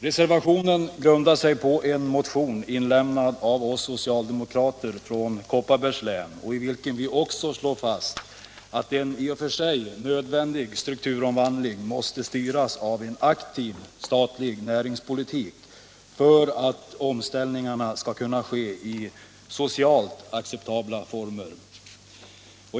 Reservationen grundar sig på en motion inlämnad av oss socialdemokrater från Kopparbergs län, i vilken vi också slår fast att en i och för sig nödvändig strukturomvandling måste styras av en aktiv statlig näringspolitik för att omställningarna skall kunna ske i socialt acceptabla former.